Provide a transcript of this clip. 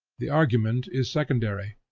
the argument is secondary,